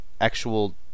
actual